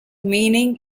meaning